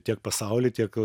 tiek pasaulį tiek